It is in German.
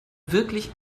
wirklich